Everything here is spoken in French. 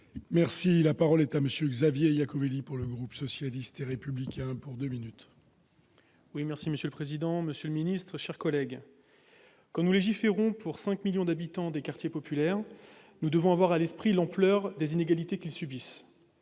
quartiers. La parole est à M. Xavier Iacovelli, pour le groupe socialiste et républicain. Monsieur le président, monsieur le ministre, mes chers collègues, quand nous légiférons pour les 5 millions d'habitants des quartiers populaires, nous devons avoir à l'esprit l'ampleur des inégalités qu'ils subissent